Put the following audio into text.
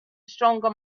stronger